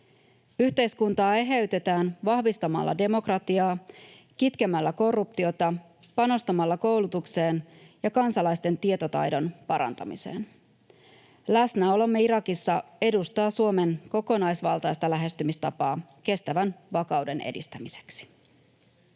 Yhteiskuntaa eheytetään vahvistamalla demokratiaa, kitkemällä korruptiota sekä panostamalla koulutukseen ja kansalaisten tietotaidon parantamiseen. Läsnäolomme Irakissa edustaa Suomen kokonaisvaltaista lähestymistapaa kestävän vakauden edistämiseksi.